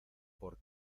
por